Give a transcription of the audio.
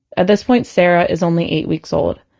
at this point sarah is only eight weeks old.